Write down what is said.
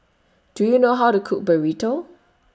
Do YOU know How to Cook Burrito